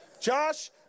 Josh